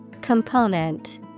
Component